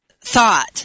thought